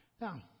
Now